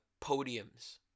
podiums